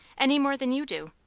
any more than you do.